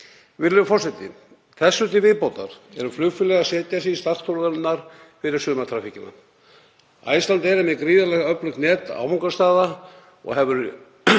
Virðulegi forseti. Þessu til viðbótar eru flugfélög að setja sig í startholurnar fyrir sumartraffíkina. Icelandair er með gríðarlega öflugt net áfangastaða og hefur